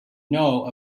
know